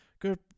good